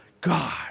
God